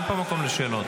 אין פה מקום לשאלות.